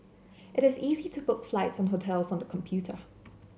it is easy to book flights and hotels on the computer